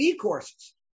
courses